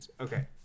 Okay